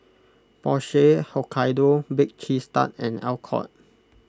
Porsche Hokkaido Baked Cheese Tart and Alcott